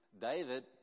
David